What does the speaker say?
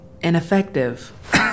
ineffective